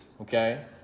Okay